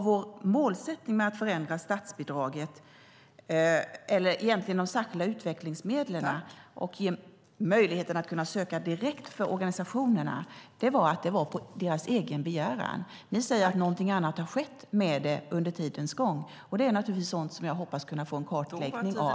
Förändringen av statsbidraget, eller egentligen de särskilda utvecklingsmedlen, och möjligheten att kunna söka direkt var på organisationernas egen begäran. Ni säger att någonting annat har skett med det under tidens gång, och det är naturligtvis sådant som jag hoppas kunna få en kartläggning av.